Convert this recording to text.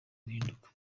guhinduka